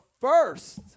first